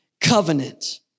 covenant